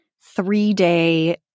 three-day